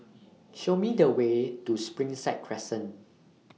Show Me The Way to Springside Crescent